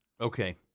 Okay